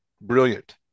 brilliant